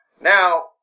Now